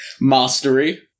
mastery